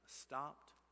stopped